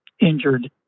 injured